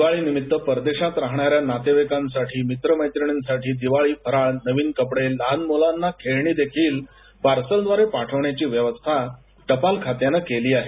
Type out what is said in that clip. दिवाळी निमित्त परदेशात राहणार्याबनातेवाईकांसाठी मित्र मैत्रिणिंसाठी दिवाळी फराळ नवीन कपडे लहानमूलांना खेळणी देखील पार्सलव्दारे पाठविण्याची व्यवस्था टपाल खात्यानं केली आहे